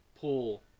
pull